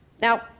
Now